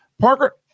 Parker